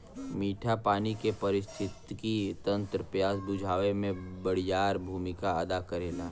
मीठा पानी के पारिस्थितिकी तंत्र प्यास बुझावे में बड़ियार भूमिका अदा करेला